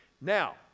Now